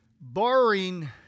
barring